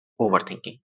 overthinking